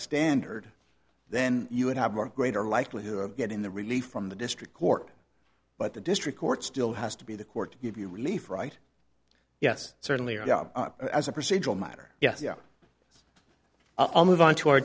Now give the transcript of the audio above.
standard then you would have more greater likelihood of getting the relief from the district court but the district court still has to be the court to give you relief right yes certainly as a procedural matter yes you know i'll move on to our